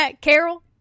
carol